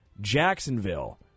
Jacksonville